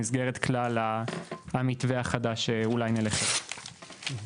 במסגרת כלל המתווה החדש שאולי נלך אתו.